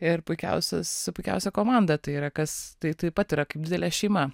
ir puikiausias puikiausia komanda tai yra kas tai taip pat yra kaip didelė šeima